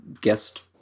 guest